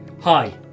Hi